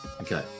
Okay